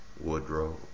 Woodrow